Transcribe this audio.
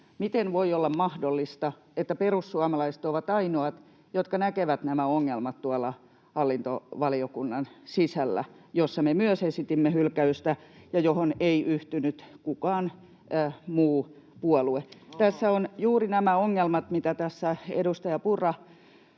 miten voi olla mahdollista, että perussuomalaiset ovat ainoat, jotka näkevät nämä ongelmat tuolla hallintovaliokunnan sisällä, jossa me myös esitimme hylkäystä ja johon ei yhtynyt mikään muu puolue. [Leena Meri: Oho!] Tässä ovat juuri nämä ongelmat, mitkä edustaja Purra tässä